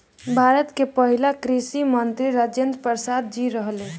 भारत के पहिला कृषि मंत्री राजेंद्र प्रसाद जी रहले